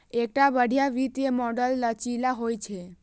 एकटा बढ़िया वित्तीय मॉडल लचीला होइ छै